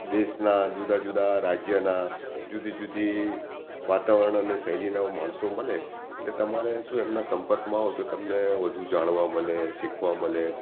દેશનાં જુદા જુદા રાજ્યના જુદી જુદી વાતાવરણ અને શૈલીના માણસો મળે એટલે તમારે શું એમના સંપર્કમાં આવો તો તમને વધુ જાણવા મળે શીખવા મલે